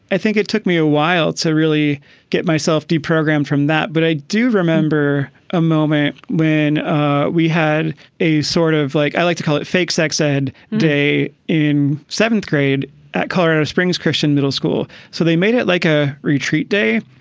i think it took me a while to really get myself de-program from that. but i do remember a moment when we had a sort of like i like to call it fake sex ed day in seventh grade at colorado springs christian middle school. so they made it like a retreat day.